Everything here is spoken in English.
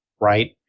right